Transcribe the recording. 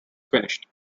finished